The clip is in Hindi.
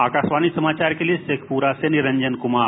आकाशवाणी समाचार के लिए शेखपुरा से निरंजन कुमार